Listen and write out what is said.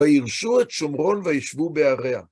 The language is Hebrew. וירשו את שומרון וישבו בעריה.